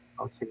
okay